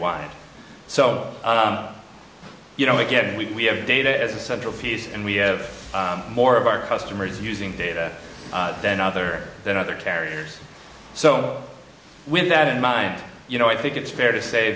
wide so you know again we have data as a central piece and we have more of our customers using data than other than other carriers so with that in mind you know i think it's fair to